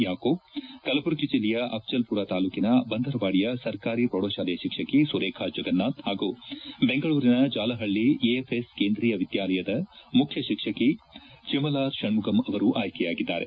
ಯಾಕೂಬ್ ಕಲಬುರಗಿ ಜಿಲ್ಲೆಯ ಆಫ್ಲಲ್ಮರ ತಾಲೂಕಿನ ಬಂಧರವಾಡಿಯ ಸರ್ಕಾರಿ ಪ್ರೌಢಶಾಲೆಯ ಶಿಕ್ಷಕಿ ಸುರೇಖಾ ಜಗನ್ನಾಥ್ ಹಾಗೂ ಬೆಂಗಳೂರಿನ ಜಾಲಹಳ್ಳಿ ಎಎಫ್ಎಸ್ ಕೇಂದ್ರೀಯ ವಿದ್ಯಾಲಯದ ಮುಖ್ಯ ಶಿಕ್ಷಕಿ ಚಿಮ್ಮಲಾರ್ ಶಣ್ಣುಗಮ್ ಅವರು ಆಯ್ಲೆಯಾಗಿದ್ದಾರೆ